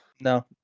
no